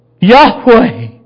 Yahweh